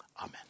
Amen